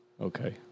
Okay